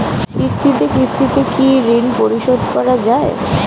কিস্তিতে কিস্তিতে কি ঋণ পরিশোধ করা য়ায়?